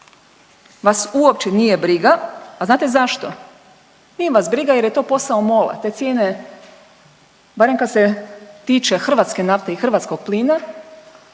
vas uopće nije briga. A znate zašto? Nije vas briga jer je to posao Mola, te cijene barem kad se tiče hrvatske nafte i hrvatskog plina